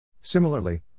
Similarly